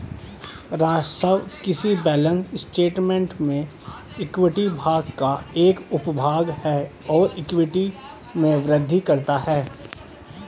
राजस्व किसी balance statement में इक्विटी भाग का एक उपभाग है और इक्विटी में वृद्धि करता है